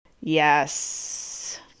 Yes